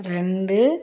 ரெண்டு